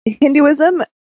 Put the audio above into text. hinduism